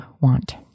want